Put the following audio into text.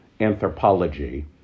anthropology